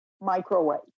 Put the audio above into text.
microwave